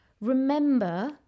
remember